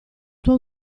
tua